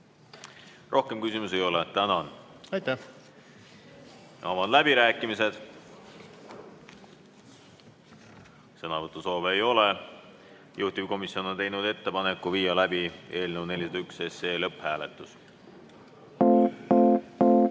Rohkem küsimusi ei ole. Tänan! Aitäh! Avan läbirääkimised. Sõnavõtusoove ei ole. Juhtivkomisjon on teinud ettepaneku viia läbi eelnõu 401 lõpphääletus. Head